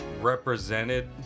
represented